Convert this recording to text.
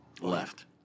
left